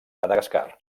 madagascar